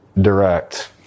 direct